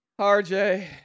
RJ